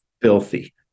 filthy